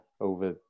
over